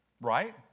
Right